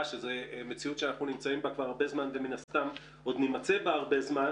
שזו מציאות שאנחנו נמצאים בה הרבה זמן ומן הסתם עוד נימצא בה הרבה זמן